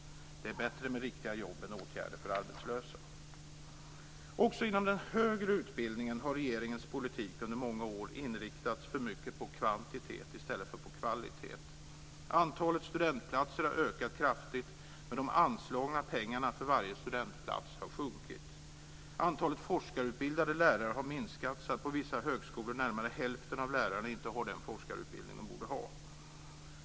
Det är bättre med riktiga jobb än med åtgärder för arbetslösa. Också inom den högre utbildningen har regeringens politik under många år inriktats för mycket på kvantitet i stället för på kvalitet. Antalet studentplatser har ökat kraftigt, men de anslagna pengarna för varje studentplats har sjunkit. Antalet forskarutbildade lärare har minskat, så att på vissa högskolor närmare hälften av lärarna inte har den forskarutbildning de borde ha.